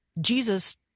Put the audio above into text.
Jesus